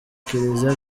kiliziya